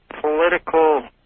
political